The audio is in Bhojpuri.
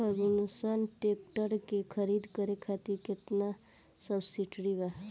फर्गुसन ट्रैक्टर के खरीद करे खातिर केतना सब्सिडी बा?